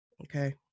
Okay